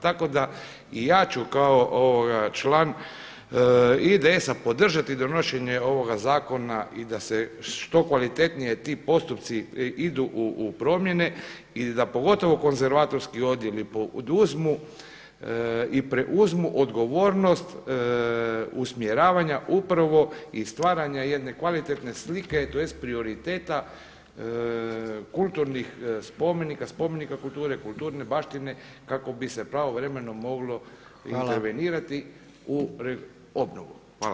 Tako da i ja ću kao član IDS-a podržati donošenje ovoga zakona i da se što kvalitetnije ti postupci idu u promjene i da pogotovo konzervatorski odjeli poduzmu i preuzmu odgovornost usmjeravanja upravo i stvaranja jedne kvalitetne slike, tj. prioriteta kulturnih spomenika, spomenika kulture, kulturne baštine kako bi se pravovremeno moglo intervenirati u obnovu.